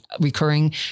recurring